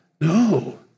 No